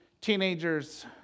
teenagers